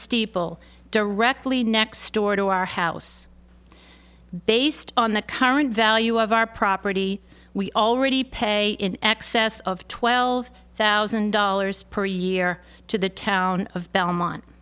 steeple directly next door to our house based on the current value of our property we already pay in excess of twelve thousand dollars per year to the town of belmont